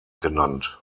genannt